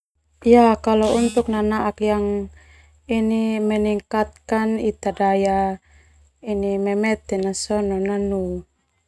Ya kalau untuk nanaak yang ini meningkatan ita daya memete na sona nanu.